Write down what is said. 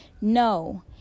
No